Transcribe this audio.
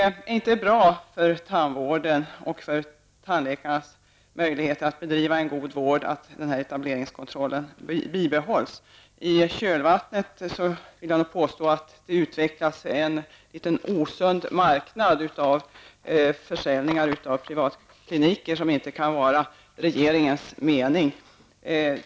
Det är inte bra för tandvården, och för tandläkarnas möjlighet att bedriva en god vård, att den här etableringskontrollen bibehålls. I kölvattnet, vill jag påstå, utvecklas en liten osund marknad av försäljningar av privatkliniker, vilket inte kan vara regeringens mening.